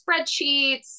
spreadsheets